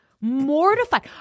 mortified